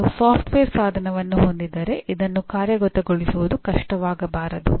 ನೀವು ಸಾಫ್ಟ್ವೇರ್ ಸಾಧನವನ್ನು ಹೊಂದಿದ್ದರೆ ಇದನ್ನು ಕಾರ್ಯಗತಗೊಳಿಸುವುದು ಕಷ್ಟವಾಗಬಾರದು